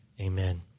Amen